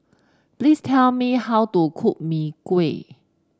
please tell me how to cook Mee Kuah